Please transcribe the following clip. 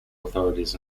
authorities